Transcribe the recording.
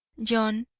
john,